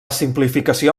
simplificació